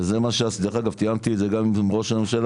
וזה מה שעשיתי דרך אגב תיאמתי את זה גם עם ראש הממשלה,